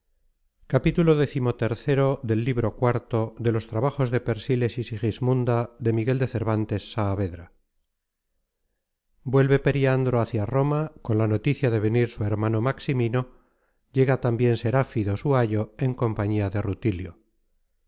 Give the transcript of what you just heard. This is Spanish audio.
deseo vuelve periandro hácia roma con la noticia de venir su hermano maximino llega tambien serafido su ayo en compañía de rutilio